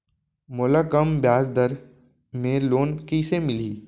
मोला कम ब्याजदर में लोन कइसे मिलही?